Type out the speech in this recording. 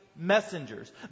Messengers